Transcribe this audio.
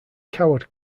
coward